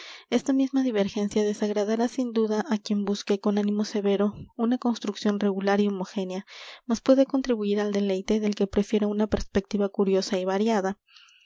esta misma divergencia desagradará sin duda á quien busque con ánimo severo una construcción regular y homogénea mas puede contribuir al deleite del que prefiera una perspectiva curiosa y variada